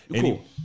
Cool